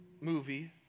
movie